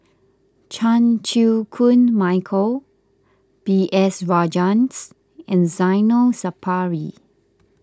Chan Chew Koon Michael B S Rajhans and Zainal Sapari